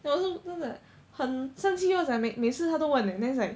我是真的很生气 lor 每次她都问 leh then it's like